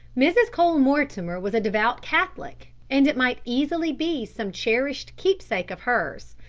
mrs. cole-mortimer was a devout catholic and it might easily be some cherished keep-sake of hers.